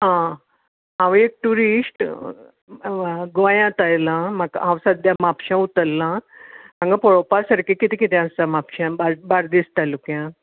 आं हांव एक टुरिस्ट गोयांत आयलां हांव सद्द्या म्हापश्यां उतरलां हांगां पळोवपा सारके कित कितें आसा म्हापश्यां बार्देस तालुक्यांत